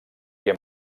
que